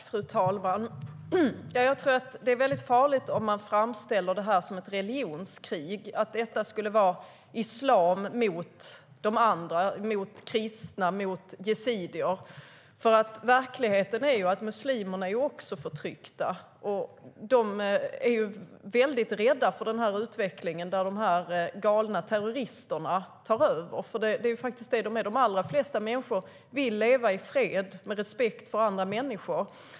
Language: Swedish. Fru talman! Jag tror att det är farligt att framställa det här som ett religionskrig, att det skulle vara islam mot kristna och mot yazidier. Verkligheten är att också muslimerna är förtryckta, och de är väldigt rädda för utvecklingen där de galna terroristerna tar över. De allra flesta människor vill leva i fred med respekt för andra människor.